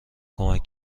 کمک